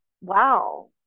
Wow